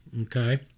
Okay